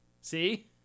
See